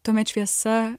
tuomet šviesa